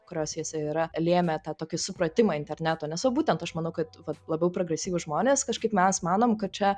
kuriose jisai yra lėmė tą tokį supratimą interneto nes va būtent aš manau kad vat labiau progresyvūs žmonės kažkaip mes manom kad čia